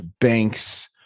banks